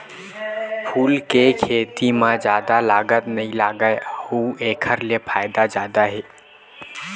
फूल के खेती म जादा लागत नइ लागय अउ एखर ले फायदा जादा हे